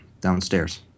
downstairs